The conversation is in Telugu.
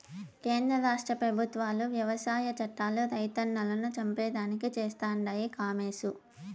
కేంద్ర రాష్ట్ర పెబుత్వాలు వ్యవసాయ చట్టాలు రైతన్నలను చంపేదానికి చేస్తండాయి కామోసు